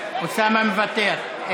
אוסאמה מוותר.